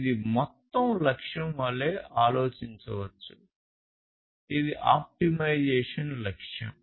ఇది మొత్తం లక్ష్యం వలె ఆలోచించవచ్చు ఆప్టిమైజేషన్ లక్ష్యం